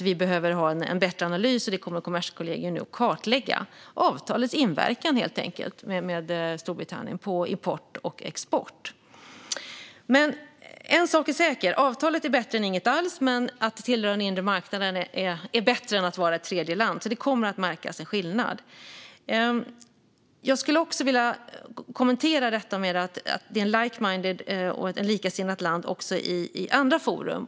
Vi behöver ha en bättre analys, och Kommerskollegium kommer nu att kartlägga inverkan av avtalet med Storbritannien på import och export. En sak är säker: Avtalet är bättre än inget alls. Men att tillhöra den inre marknaden är bättre än att vara ett tredjeland, så det kommer att märkas en skillnad. Jag skulle också vilja kommentera detta att det rör sig om ett likasinnat land också i andra forum.